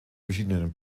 verschiedenen